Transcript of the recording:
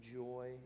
joy